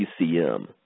PCM